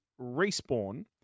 respawn